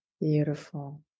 Beautiful